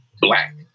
black